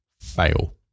fail